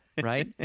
right